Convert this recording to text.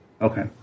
Okay